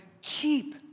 keep